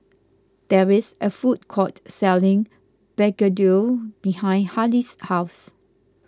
there is a food court selling Begedil behind Hali's house